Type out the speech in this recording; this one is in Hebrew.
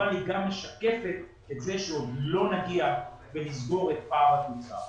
אבל היא גם משקפת את זה שעוד לא נגיע ונסגור את פער הצמיחה.